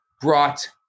brought